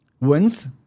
wins